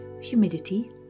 Humidity